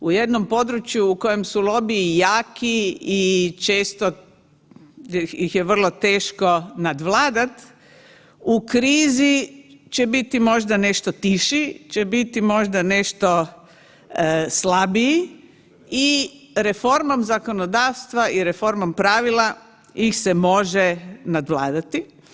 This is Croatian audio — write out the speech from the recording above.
U jednom području u kojem su lobiji jaki i često ih je vrlo teško nadvladat u krizi će biti možda nešto tiši, će biti možda nešto slabiji i reformom zakonodavstva i reformom pravila ih se može nadvladati.